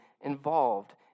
involved